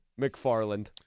McFarland